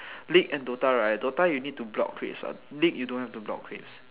league and DOTA right DOTA you need to block creeps what league you don't have to block creeps